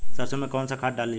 सरसो में कवन सा खाद डाली?